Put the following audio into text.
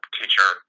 teacher